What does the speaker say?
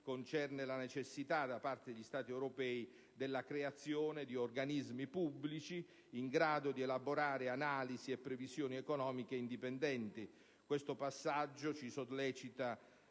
concerne la necessità, da parte degli Stati europei, della creazione di organismi pubblici in grado di elaborare analisi e previsioni economiche indipendenti. Questo passaggio ci sollecita